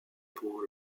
pour